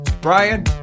brian